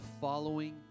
following